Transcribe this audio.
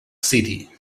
city